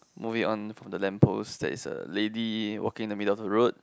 moving on from the lamp post there is a lady walking in the middle of the road